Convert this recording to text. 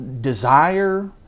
desire